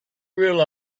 rule